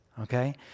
okay